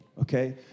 okay